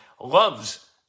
loves